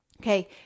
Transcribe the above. Okay